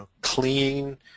clean